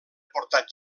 portat